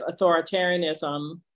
authoritarianism